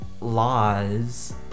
laws